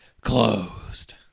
closed